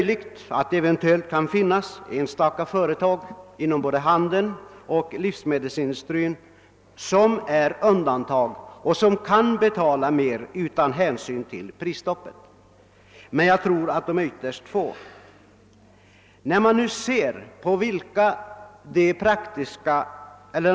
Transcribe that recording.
Det är möjligt att det kan finnas enstaka företag inom både handeln och livsmedelsindustrin som kan betala mer utan hänsyn till prisstoppet, men jag tror att detta gäller ytterst få undantagsfall.